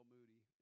Moody